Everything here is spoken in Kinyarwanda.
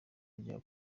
yajyaga